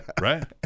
Right